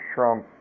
Trump